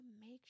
make